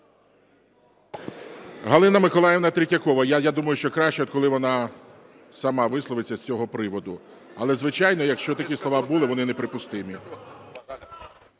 Галина Миколаївна Третьякова. Я думаю, що краще, коли вона сама висловиться з цього приводу. Але, звичайно, якщо такі слова були, вони неприпустимі.